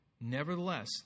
Nevertheless